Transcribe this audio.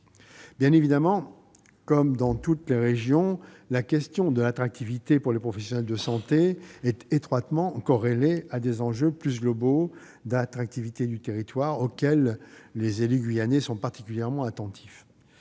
Bien évidemment, en Guyane comme dans toutes les régions, la question de l'attractivité pour les professionnels de santé est étroitement corrélée à des enjeux plus globaux d'attractivité du territoire, auxquels les élus guyanais sont particulièrement attentifs.